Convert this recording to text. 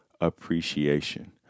Appreciation